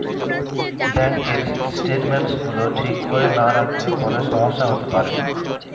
ব্যাঙ্কের স্টেটমেন্টস গুলো ঠিক করে না রাখলে পরে সমস্যা হতে পারে